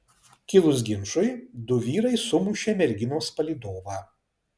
kilus ginčui du vyrai sumušė merginos palydovą